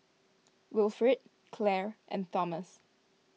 Wilfrid Clair and Thomas